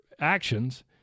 actions